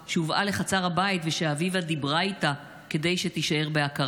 שהובאה לחצר הבית ושאביבה דיברה איתה כדי שתישאר בהכרה.